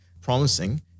promising